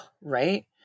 right